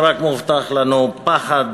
ומובטחים לנו רק פחד,